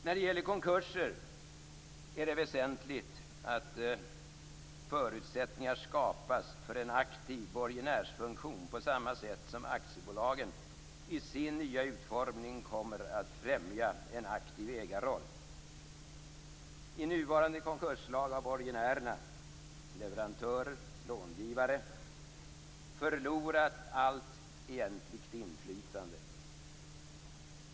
När det gäller konkurser är det väsentligt att förutsättningar skapas för en aktiv borgenärsfunktion på samma sätt som aktiebolagslagen i sin nya utformning kommer att främja en aktiv ägarroll. I nuvarande konkurslag har borgenärerna, leverantörer och långivare, förlorat allt egentligt inflytande.